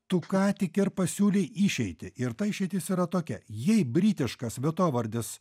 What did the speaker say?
tu ką tik ir pasiūlei išeitį ir ta išeitis yra tokia jei britiškas vietovardis